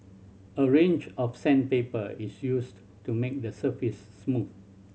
a range of sandpaper is used to make the surface smooth